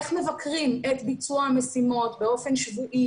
איך מבקרים את ביצוע המשימות באופן שבועי,